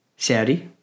Saudi